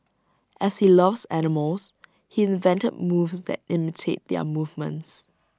as he loves animals he invented moves that imitate their movements